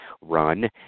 run